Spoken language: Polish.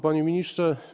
Panie Ministrze!